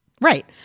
right